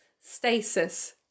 stasis